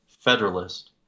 Federalist